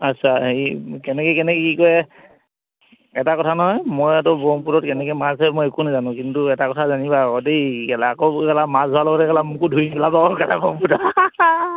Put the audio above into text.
আচ্ছা হেৰি কেনেকৈ কেনেকৈ কি কৰে এটা কথা নহয় মইটো ব্ৰক্ষ্মপুত্ৰত কেনেকৈ মাছ ধৰে মই একো নেজানো কিন্তু এটা কথা জানিবা আকৌ দেই কেলা আকৌ কেলা মাছ ধৰাৰ লগতে কেলা মোকো ধৰি কেলা ব্ৰক্ষ্মপুত্ৰত